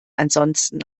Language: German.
ansonsten